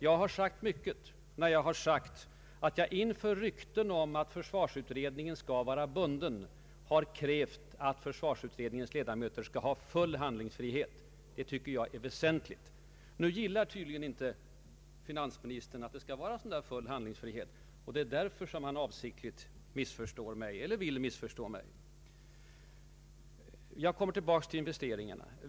Jag har sagt mycket när jag har sagt att jag inför rykten om att försvarsutredningen skall vara bunden har krävt att försvarsutredningens ledamöter skall ha full handlingsfrihet. Det tycker jag är väsentligt. Nu gillar tydligen inte finansministern att det skall vara full handlingsfrihet, och det är därför han avsiktligt missförstår mig. Jag kommer tillbaka till investeringarna.